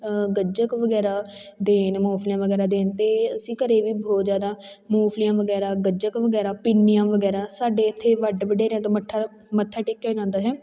ਗੱਚਕ ਵਗੈਰਾ ਦੇਣ ਮੂੰਗਫਲੀਆਂ ਵਗੈਰਾ ਦੇਣ ਅਤੇ ਅਸੀਂ ਘਰ ਵੀ ਬਹੁਤ ਜ਼ਿਆਦਾ ਮੂੰਗਫਲੀਆਂ ਵਗੈਰਾ ਗੱਚਕ ਵਗੈਰਾ ਪਿੰਨੀਆਂ ਵਗੈਰਾ ਸਾਡੇ ਇੱਥੇ ਵੱਡ ਵਡੇਰਿਆਂ ਤੋਂ ਮੱਠਾ ਮੱਥਾ ਟੇਕਿਆ ਜਾਂਦਾ ਹੈ